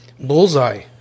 bullseye